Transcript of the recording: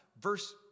Verse